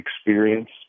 experience